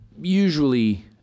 usually